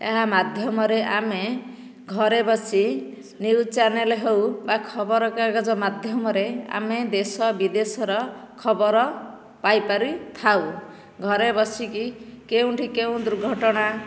ଏହା ମାଧ୍ୟମରେ ଆମେ ଘରେ ବସି ନ୍ୟୁଜ୍ ଚ୍ୟାନେଲ ହେଉ ବା ଖବରକାଗଜ ମାଧ୍ୟମରେ ଆମେ ଦେଶ ବିଦେଶର ଖବର ପାଇ ପାରିଥାଉ ଘରେ ବସିକି କେଉଁଠି କେଉଁ ଦୁର୍ଘଟଣା